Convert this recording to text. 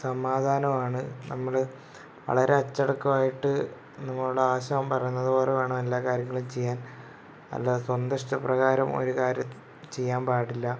സമാധാനമാണ് നമ്മൾ വളരെ അച്ചടക്കമായിട്ട് നമ്മളുടെ ആശാൻ പറയുന്നത് പോലെ വേണം എല്ലാ കാര്യങ്ങളും ചെയ്യാൻ അല്ലാതെ സ്വന്തം ഇഷ്ട പ്രകാരം ഒരു കാര്യം ചെയ്യാൻ പാടില്ല